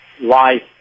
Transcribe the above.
life